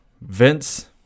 Vince